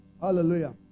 Hallelujah